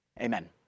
Amen